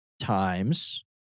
times